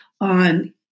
on